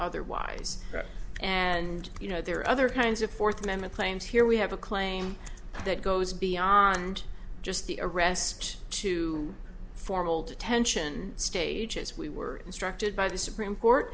otherwise and you know there are other kinds of fourth amendment claims here we have a claim that goes beyond just the arrest to formal detention stage as we were instructed by the supreme court